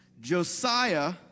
Josiah